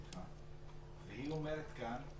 והיא אומרת כאן: